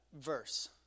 verse